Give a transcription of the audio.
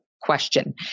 question